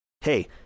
hey